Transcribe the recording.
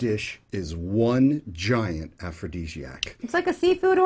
dish is one giant aphrodesiac it's like a seafood